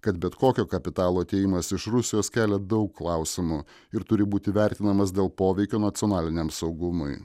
kad bet kokio kapitalo atėjimas iš rusijos kelia daug klausimų ir turi būti vertinamas dėl poveikio nacionaliniam saugumui